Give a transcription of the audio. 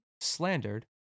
slandered